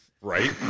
Right